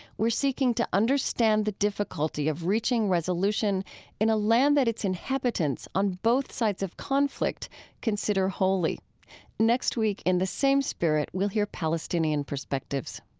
we're seeking to understand the difficulty of reaching resolution in a land that its inhabitants on both sides of conflict consider holy next week in the same spirit we'll hear palestinian perspectives